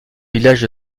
villages